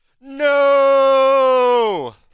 No